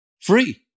Free